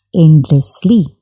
endlessly